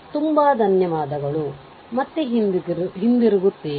ತುಂಬಾ ಧನ್ಯವಾದಗಳು ಮತ್ತೆ ಹಿಂತಿರುಗುತ್ತೇವೆ